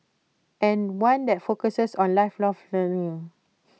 and one that focuses on lifelong learning